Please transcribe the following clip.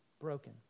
broken